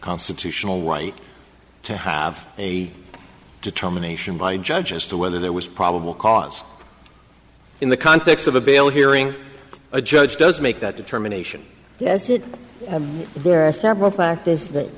constitutional right to have a determination by judge as to whether there was probable cause in the context of a bail hearing a judge does make that determination yes there are several factors that